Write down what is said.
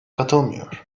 katılmıyor